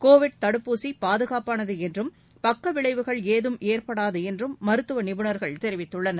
Covid தடுப்பூசி பாதுகாப்பானது என்றும் பக்கவிளைவுகள் எதும் ஏற்படாது என்றும் மருத்துவ நிபுணர்கள் தெரிவித்துள்ளனர்